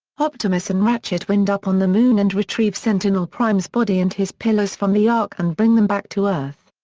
optimus and ratchet wind up on the moon and retrieve sentinel prime's body and his pillars from the ark and bring them back to earth.